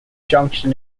junction